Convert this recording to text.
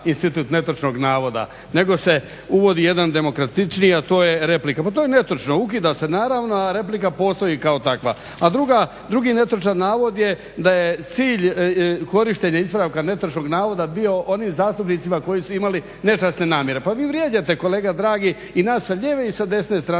institut netočnog navoda nego se uvodi jedan demokratičniji, a to je replika. Pa to je netočno, ukida se naravno, a replika postoji kao takva. A drugi netočan navod je da je cilj korištenja ispravka netočnog navoda bio onim zastupnicima koji su imali nečasne namjere. Pa vi vrijeđate kolega dragi i nas sa lijeve i sa desne strane